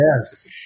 Yes